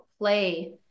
play